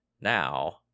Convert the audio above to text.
now